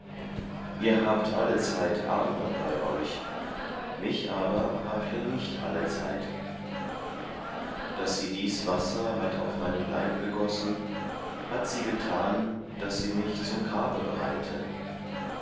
ihr habt allezeit arme bei euch mich aber habt ihr nicht allezeit daß sie dies wasser hat auf meinen leib gegossen hat sie getan daß sie mich zum grabe bereite